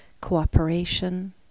cooperation